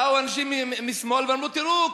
באו אנשים משמאל ואמרו: תראו,